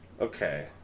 Okay